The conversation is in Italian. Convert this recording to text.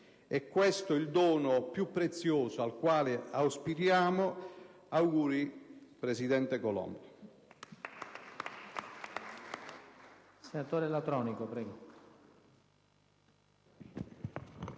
È questo il dono più prezioso al quale aspiriamo. Auguri, presidente Colombo!